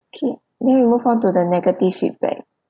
okay then we move on to the negative feedback